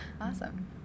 awesome